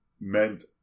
meant